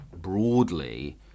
broadly